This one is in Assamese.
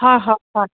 হয় হয় হয়